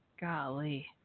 Golly